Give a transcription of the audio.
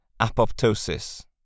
apoptosis